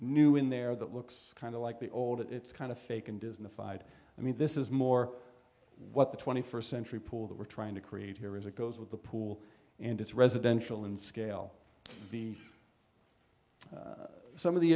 new in there that looks kind of like the old it's kind of fake and disney fied i mean this is more what the twenty first century pool that we're trying to create here is it goes with the pool and it's residential in scale the some of the